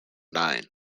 nine